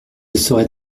serais